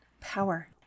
power